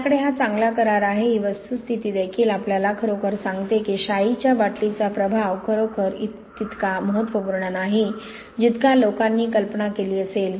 आपल्याकडे हा चांगला करार आहे ही वस्तुस्थिती देखील आपल्याला खरोखर सांगते की शाईच्या बाटलीचा प्रभाव खरोखर तितका महत्त्वपूर्ण नाही जितका लोकांनी कल्पना केली असेल